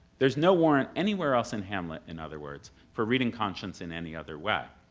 there's no warrant anywhere else in hamlet, in other words, for reading conscience in any other way.